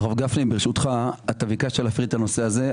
ביקשת להפריד את הנושא הזה,